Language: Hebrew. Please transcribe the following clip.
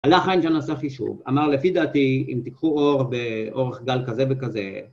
הלך האנג'נוס אחי שוב, אמר לפי דעתי אם תיקחו אור באורך גל כזה וכזה